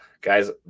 guys